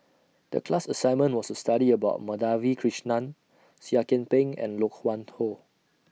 The class assignment was to study about Madhavi Krishnan Seah Kian Peng and Loke Wan Tho